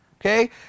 okay